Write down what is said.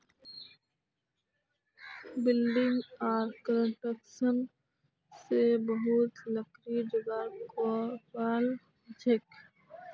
building आर construction साइटत ढांचा तैयार करवार तने बहुत लकड़ीर इस्तेमाल हछेक